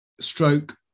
Stroke